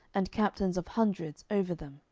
and captains of hundreds over them.